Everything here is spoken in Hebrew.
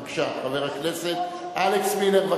בבקשה, חבר הכנסת אלכס מילר.